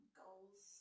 goals